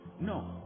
No